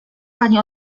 pani